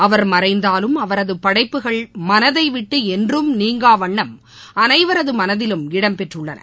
அவர் மறைந்தாலும் அவரதுபடைப்புகள் மனதைவிட்டுஎன்றும் நீங்காவண்ணம் அனைவரதமனதிலும் இடம் பெற்றுள்ளன